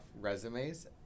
resumes